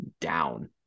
down